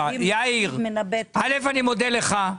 יאיר, אני מודה לך.